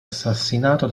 assassinato